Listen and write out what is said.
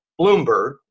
Bloomberg